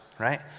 right